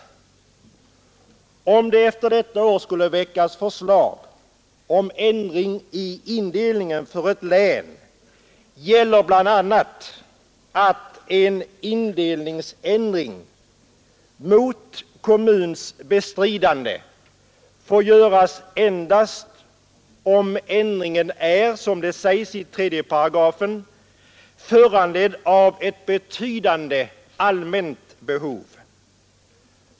Om det efter detta år skulle väckas förslag om ändring i indelningen för ett län gäller bl.a. att en indelningsändring mot kommuns bestridande får göras endast om ändringen är, som det heter i 3 §, ”föranledd av ett betydande allmänt behov”.